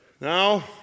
now